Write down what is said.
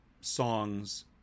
songs